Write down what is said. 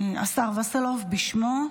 השר וסרלאוף בשמו,